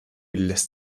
lässt